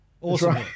Awesome